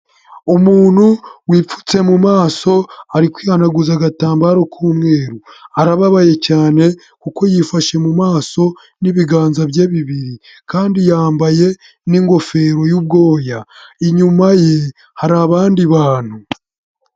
Umuntu wipfutse mu maso ari kwihanaguza agatambaro k'umweru, arababaye cyane kuko yifashe mu maso n'ibiganza bye bibiri kandi yambaye n'ingofero y'ubwoya, inyuma ye hari abandi bantu.